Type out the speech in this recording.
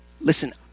listen